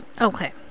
Okay